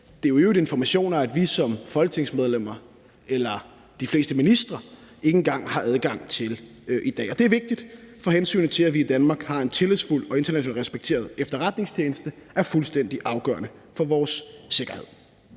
Det er jo i øvrigt informationer, vi som folketingsmedlemmer – og de fleste ministre – ikke engang har adgang til i dag. Og det er vigtigt, for hensynet til, at vi i Danmark har en tillidsfuld og internationalt respekteret efterretningstjeneste, er fuldstændig afgørende for vores sikkerhed.